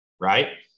right